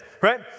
right